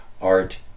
art